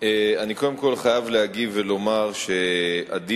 אני קודם כול חייב להגיב ולומר שעדיף